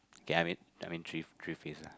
kay I mean I mean three three phrase lah